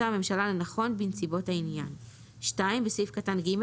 הממשלה לנכון בנסיבות העניין."; בסעיף קטן (ג),